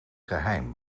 geheim